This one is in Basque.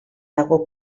dago